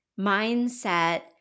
mindset